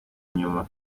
inyuma